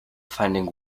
finding